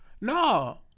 No